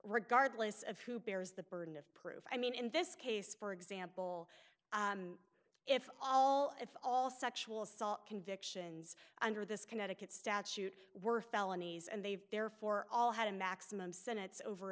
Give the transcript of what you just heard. regardless of who bears the burden of proof i mean in this case for example if all if all sexual assault convictions under this connecticut statute were felonies and they've therefore all had a maximum senates over